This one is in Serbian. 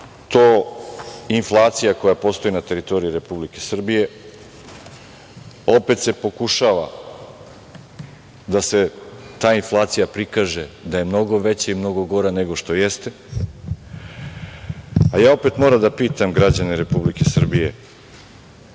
inflacija koja postoji na teritoriji Republike Srbije. Opet se pokušava da se ta inflacija prikaže da je mnogo veća i mnogo gora nego što jeste, a ja opet moram da pitam građane Republike Srbije